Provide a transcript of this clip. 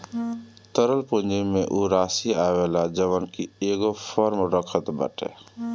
तरल पूंजी में उ राशी आवेला जवन की एगो फर्म रखत बाटे